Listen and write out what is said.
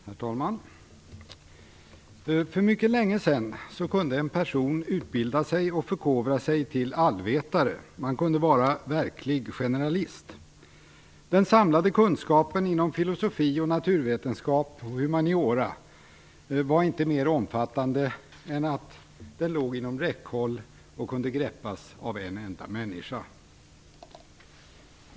Herr talman! För mycket länge sedan kunde en person utbilda sig och förkovra sig till allvetare, man kunde vara verklig generalist. Den samlade kunskapen inom filosofi, naturvetenskap och humaniora var inte mer omfattande än att den låg inom räckhåll för och kunde greppas av en enda människa.